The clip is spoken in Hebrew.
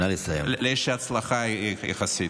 לאיזושהי הצלחה יחסית.